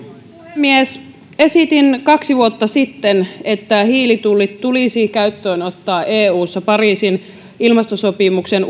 puhemies esitin kaksi vuotta sitten että hiilitullit tulisi käyttöönottaa eussa pariisin ilmastosopimuksen